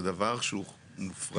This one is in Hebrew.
זה דבר שהוא מופרך,